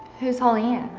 who's holy-ann?